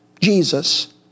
Jesus